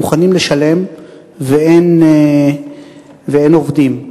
מוכנים לשלם ואין עובדים.